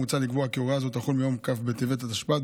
מוצע לקבוע כי הוראה זו תחול מיום כ' בטבת התשפ"ד,